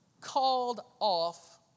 called-off